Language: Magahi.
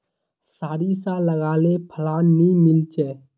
सारिसा लगाले फलान नि मीलचे?